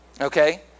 Okay